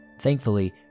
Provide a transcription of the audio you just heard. Thankfully